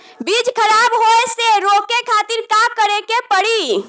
बीज खराब होए से रोके खातिर का करे के पड़ी?